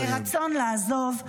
-- ורצון לעזוב,